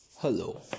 Hello